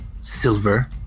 Silver